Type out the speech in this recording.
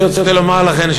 אני רוצה לומר לכם,